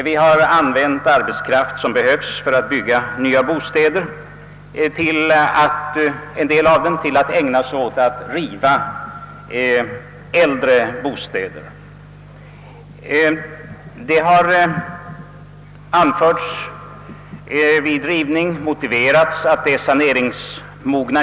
Vi har använt en del av den arbetskraft, som behövts för att bygga nya bostäder, för rivning av äldre bostäder. Motiveringen har varit, att husen var saneringsmogna.